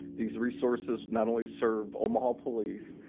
these resources not only serve omaha police,